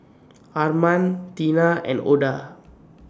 Arman Tina and Oda